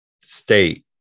state